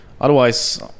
Otherwise